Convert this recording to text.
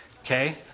okay